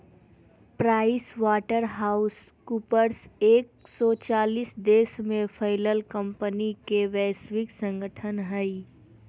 price water house coopers एक सो चालीस देश में फैलल कंपनि के वैश्विक संगठन हइ